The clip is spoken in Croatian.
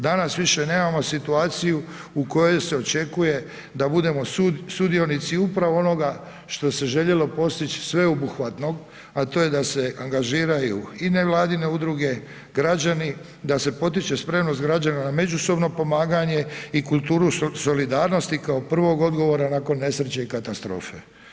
Danas više nemamo situaciju u kojoj se očekuje da budemo sudionici upravo onoga što se željelo postići sveobuhvatno, a to je da se angažiraju i nevladine udruge, građani, da se potiče spremnost građana na međusobno pomaganje i kulturu solidarnosti kao prvog odgovora nakon nesreće i katastrofe.